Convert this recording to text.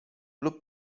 lub